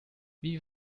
wie